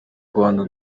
rwanda